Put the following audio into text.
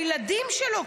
הילדים שלו,